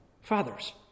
fathers